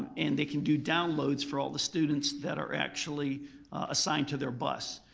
and they can do downloads for all the students that are actually assigned to their bus.